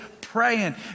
praying